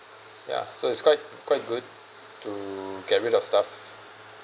ya so it's quite quite good to get rid of stuff